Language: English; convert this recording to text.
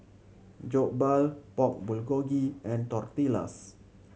Jokbal Pork Bulgogi and Tortillas